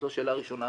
זו שאלה ראשונה.